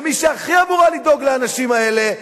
מי שהכי אמורה לדאוג לאנשים האלה,